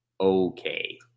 Okay